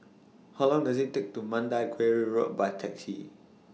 How Long Does IT Take to Mandai Quarry Road By Taxi